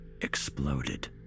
exploded